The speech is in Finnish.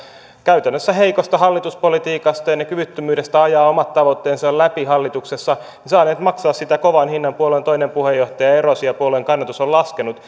käytännössä heikosta hallituspolitiikasta ja kyvyttömyydestä ajaa omat tavoitteensa läpi hallituksessa saaneet maksaa kovan hinnan puolueen toinen puheenjohtaja erosi ja puolueen kannatus on laskenut